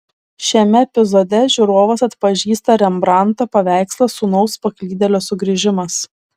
šiame epizode žiūrovas atpažįsta rembrandto paveikslą sūnaus paklydėlio sugrįžimas